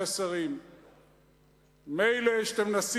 תודה לחבר הכנסת נסים